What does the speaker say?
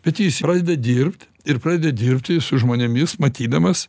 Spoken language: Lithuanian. bet jis pradeda dirbt ir pradeda dirbti su žmonėmis matydamas